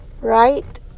Right